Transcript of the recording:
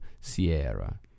Sierra